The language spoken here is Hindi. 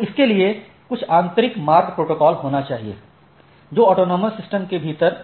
तो इसके लिए कुछ आंतरिक मार्ग प्रोटोकॉल होना चाहिए जो ऑटॉनमस सिस्टम के भीतर